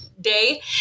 day